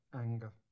anger